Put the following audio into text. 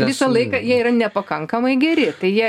visą laiką jie yra nepakankamai geri tai jie